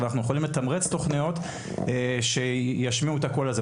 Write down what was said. אבל אנחנו יכולים לתמרץ תכניות שישמיעו את הקול הזה.